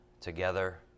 together